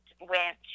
went